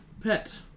Pet